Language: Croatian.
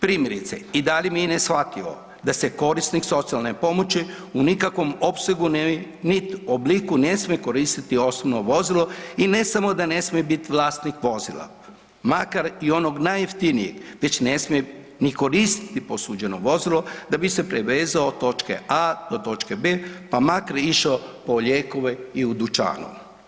Primjerice, i dalje mi je neshvatljivo da se korisnik socijalne pomoći u nikakvom opsegu ni obliku ne smije koristiti osobno vozilo i ne samo da ne smije biti vlasnik vozila makar i onog najjeftinijeg već ne smije ni koristiti posuđeno vozilo da bi se prevezao od točke A do točke B pa makar išao po lijekove i u dućan.